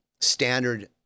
standard